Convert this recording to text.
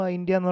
India